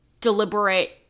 deliberate